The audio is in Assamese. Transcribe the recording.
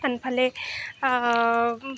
আনফালে